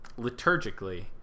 liturgically